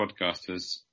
podcasters